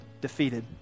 defeated